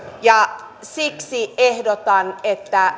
siksi ehdotan että